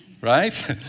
right